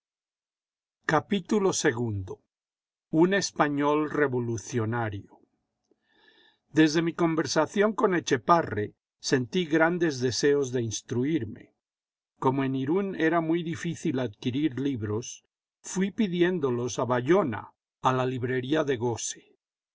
irún ii un español revolucionario desde mi conversación con etchepare sentí grandes deseos de instruirme como en irún era muy difícil adquirir libros fui pidiéndolos a bayona a la librería de gosse